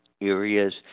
areas